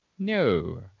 No